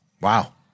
Wow